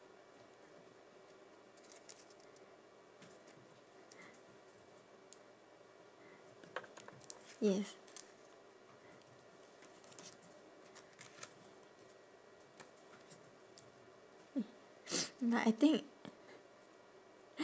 yes but I think